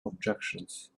objections